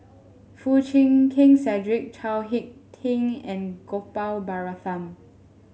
Foo Chee Keng Cedric Chao HicK Tin and Gopal Baratham